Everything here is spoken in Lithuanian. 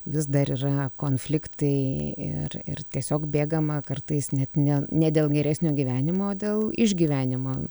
vis dar yra konfliktai ir ir tiesiog bėgama kartais net ne ne dėl geresnio gyvenimo o dėl išgyvenimo